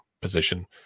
position